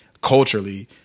culturally